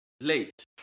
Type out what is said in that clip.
Late